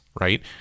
right